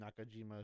Nakajima